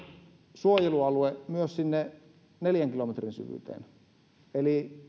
suojelualue myös sinne neljän kilometrin syvyyteen eli